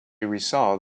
result